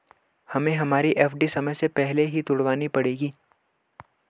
हमें हमारी एफ.डी समय से पहले ही तुड़वानी पड़ेगी